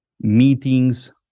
meetings